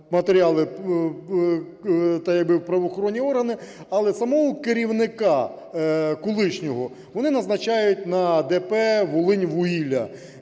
матеріали в правоохоронні органи, але самого керівника колишнього вони назначають на ДП "Волиньвугілля".